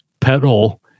pedal